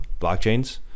blockchains